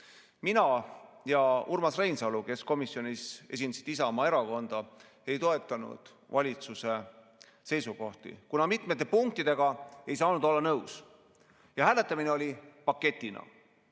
Mina ja Urmas Reinsalu, kes komisjonis esindasid Isamaa Erakonda, ei toetanud valitsuse seisukohti, kuna mitmete punktidega ei saanud nõus olla ja hääletamine toimus paketina.